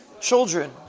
Children